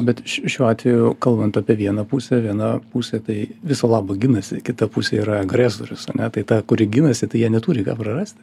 bet šiuo atveju kalbant apie vieną pusę viena pusė tai viso labo ginasi kita pusė yra agresorius ane tai ta kuri ginasi tai jie neturi ką prarasti